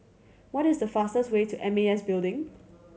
what is the fastest way to M A S Building